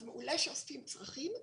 אז מעולה שעוסקים בצרכים,